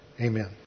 Amen